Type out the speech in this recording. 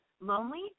lonely